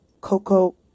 Coco